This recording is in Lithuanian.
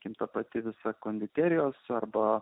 kinta pati visa konditerijos arba